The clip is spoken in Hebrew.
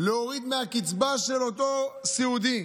להוריד מהקצבה של אותו סיעודי.